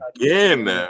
again